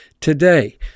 today